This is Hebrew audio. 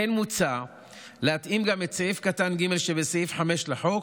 כמו כן מוצע להתאים גם את סעיף קטן (ג) שבסעיף 5 לחוק,